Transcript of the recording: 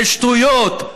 זה שטויות,